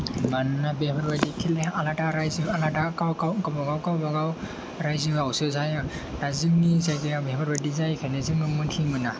मानोना बेफोरबायदि खेलाया आलादा राइजो आलादा गाव गावबागाव गावबा गाव राइजोआवसो जायो दा जोंनि जायगायाव बेफोरबायदि जायिखायनो जोङो मोन्थिमोना